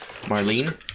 Marlene